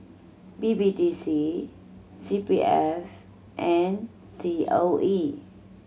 B B D C C P F and C O E